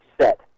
set